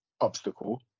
obstacle